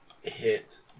hit